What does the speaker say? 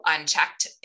unchecked